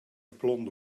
blond